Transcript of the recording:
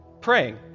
praying